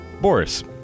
Boris